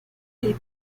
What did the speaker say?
del